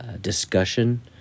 discussion